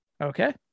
Okay